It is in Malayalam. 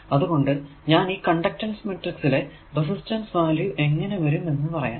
അത് കൊണ്ട് ഞാൻ ഈ കണ്ടക്ടൻസ് മാട്രിക്സ് ലെ റെസിസ്റ്റൻസ് വാല്യൂ എങ്ങനെ വരും എന്ന് പറയാം